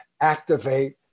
activate